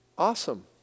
awesome